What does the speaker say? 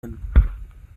hin